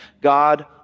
God